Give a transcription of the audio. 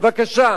בבקשה,